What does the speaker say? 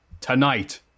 tonight